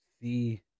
see